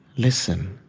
listen.